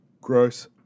Gross